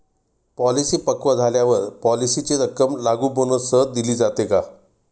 Policy पक्व झाल्यावर पॉलिसीची रक्कम लागू बोनससह दिली जाते का?